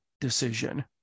decision